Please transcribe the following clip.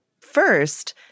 first